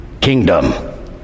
Kingdom